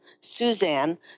Suzanne